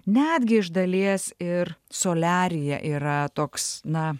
netgi iš dalies ir soliaryje yra toks na